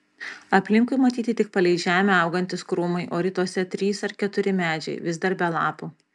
aplinkui matyti tik palei žemę augantys krūmai o rytuose trys ar keturi medžiai vis dar be lapų